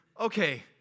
okay